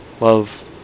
love